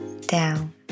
down